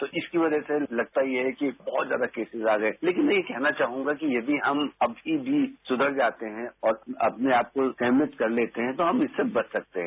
तो इसकी वजह से लगता ये है कि और ज्यादा केसेज आ गये लेकिन यह कहना चाहंगा कि यदि हम अब भी सुधर जाते हैं और अपने आपको मैनेज कर लेते हैं तो हम इससे बच सकते हैं